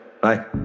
Bye